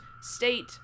state